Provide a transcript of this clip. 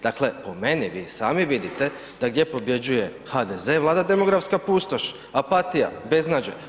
Dakle, po meni vi sami vidite da gdje pobjeđuje HDZ vlada demografska pustoš, apatija, beznađe.